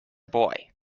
boy